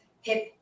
hip